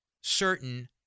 certain